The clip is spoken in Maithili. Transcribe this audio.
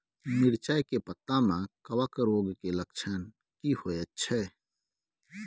मिर्चाय के पत्ता में कवक रोग के लक्षण की होयत छै?